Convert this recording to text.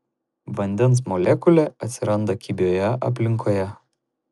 vandens molekulė atsiranda kibioje aplinkoje